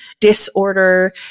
disorder